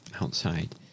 outside